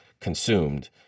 consumed